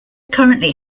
currently